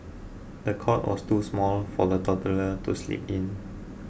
the cot was too small for the toddler to sleep in